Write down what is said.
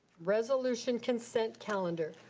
resolution consent calendar.